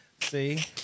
See